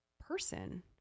person